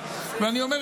היינו